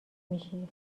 میشی